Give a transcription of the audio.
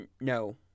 no